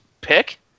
pick